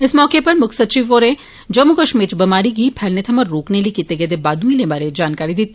इस मौके म्क्ख सचिव होरें जम्मू कश्मीर च बमारी गी फैलने थमां रोकने लेई कीते गेदे बाद्दू हीलें बारै जानकारी दित्ती